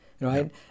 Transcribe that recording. Right